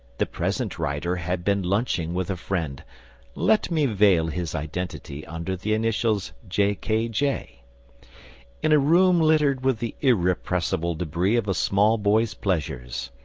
the present writer had been lunching with a friend let me veil his identity under the initials j. k. j in a room littered with the irrepressible debris of a small boy's pleasures.